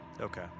Okay